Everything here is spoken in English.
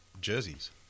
jerseys